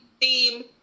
theme